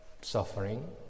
suffering